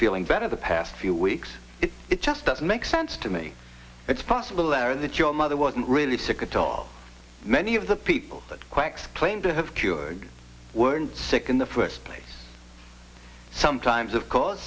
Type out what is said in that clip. feeling better the past few weeks it just doesn't make sense to me it's possible there that your mother wasn't really sick at all many of the people that quacks claimed to have cured weren't sick in the first place sometimes of course